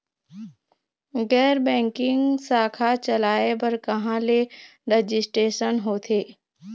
गैर बैंकिंग शाखा चलाए बर कहां ले रजिस्ट्रेशन होथे?